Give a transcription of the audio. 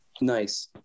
nice